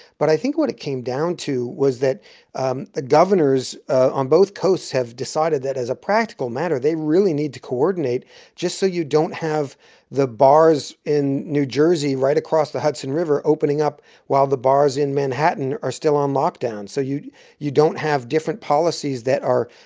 but i think what it came down to was that um the governors on both coasts have decided that as a practical matter, they really need to coordinate just so you don't have the bars in new jersey right across the hudson river opening up while the bars in manhattan are still on lockdown so you you don't have different policies that are,